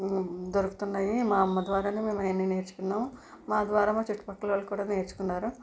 దొరుకుతున్నాయి మా అమ్మ ద్వారానే మేము అవన్ని నేర్చుకున్నాం మా ద్వారా మా చుట్టు పక్కల వాళ్ళు కూడా నేర్చుకున్నారు